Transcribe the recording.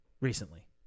recently